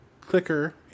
clicker